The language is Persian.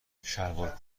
شلوار